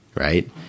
Right